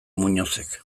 muñozek